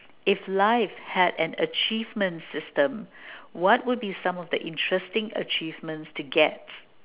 if life had an achievement system what would be some of the interesting achievements to get